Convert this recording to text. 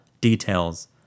details